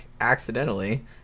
accidentally